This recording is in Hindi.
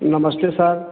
नमस्ते सर